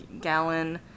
gallon